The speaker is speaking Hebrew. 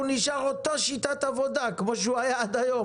נשארה אותה שיטת עבודה כמו שהוא היה עד היום.